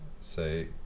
say